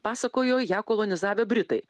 pasakojo ją kolonizavę britai